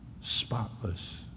spotless